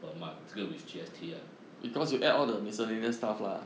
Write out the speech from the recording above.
per month 这个 with G_S_T ah